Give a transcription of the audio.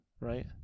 right